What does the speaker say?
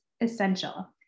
essential